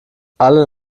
alle